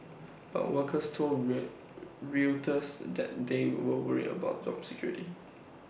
but workers told re Reuters that they were worried about job security